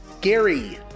Gary